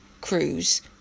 cruise